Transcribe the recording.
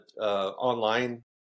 online